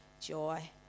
joy